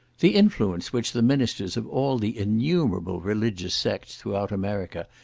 the influence which the ministers of all the innumerable religious sects throughout america,